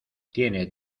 tiene